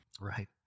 Right